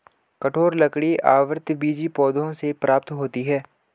कठोर लकड़ी आवृतबीजी पौधों से प्राप्त होते हैं